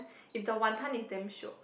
it's the wanton is damn shiok